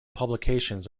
publications